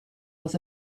was